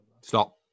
Stop